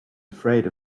afraid